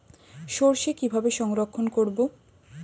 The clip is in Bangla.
সরষে কিভাবে সংরক্ষণ করব?